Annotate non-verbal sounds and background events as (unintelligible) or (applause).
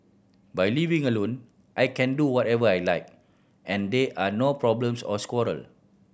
by living alone I can do whatever I like and there are no problems or (unintelligible) quarter